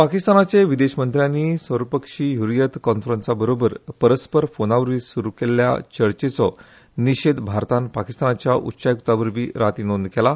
पाकिस्तानाचे विदेश मंत्र्यानी सर्वपक्षिय हरियत कॉन्फरंसाबरोबर परस्पर फॉनावरवी सुरू केल्ल्या चर्चेचो निषेध भारतान पाकिस्तानाच्या उच्चायुक्तावरवी राती नोंद केला